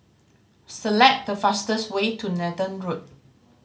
select the fastest way to Nathan Road